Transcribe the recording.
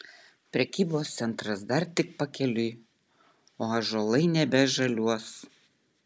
prekybos centras dar tik pakeliui o ąžuolai nebežaliuos